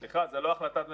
סליחה, זה לא החלטת ממשלה.